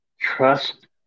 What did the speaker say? Trust